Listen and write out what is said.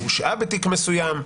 הורשעה בתיק מסוים,